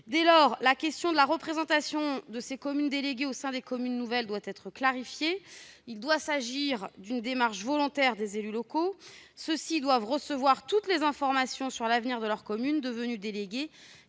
Dès lors, la question de la représentation de ces communes déléguées au sein des communes nouvelles doit être clarifiée. Il doit s'agir d'une démarche volontaire des élus locaux. Ceux-ci doivent recevoir toutes les informations sur l'avenir de leur commune devenue déléguée